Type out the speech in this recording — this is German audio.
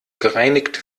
gereinigt